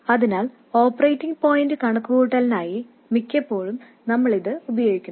അതിനാൽ operating point കണക്കുകൂട്ടലിനായി മിക്കപ്പോഴും നമ്മൾ ഇത് ഉപയോഗിക്കുന്നു